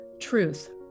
truth